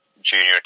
junior